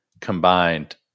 combined